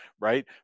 right